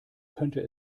könnte